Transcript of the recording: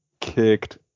kicked